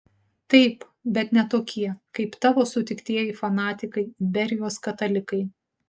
taip bet ne tokie kaip tavo sutiktieji fanatikai iberijos katalikai